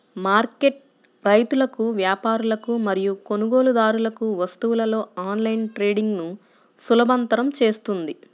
market రైతులకు, వ్యాపారులకు మరియు కొనుగోలుదారులకు వస్తువులలో ఆన్లైన్ ట్రేడింగ్ను సులభతరం చేస్తుంది